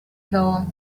goal